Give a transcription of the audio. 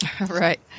Right